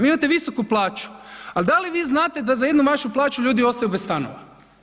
Vi imate visoku plaću, ali da li vi znate da za jednu vašu plaću ljudi ostaju bez stanova?